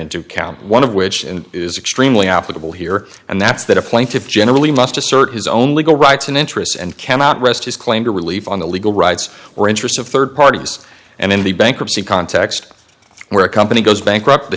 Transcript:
into account one of which is extremely applicable here and that's that a plaintive generally must assert his own legal rights and interests and cannot rest his claim to relief on the legal rights we're interested rd parties and in the bankruptcy context where a company goes bankrupt the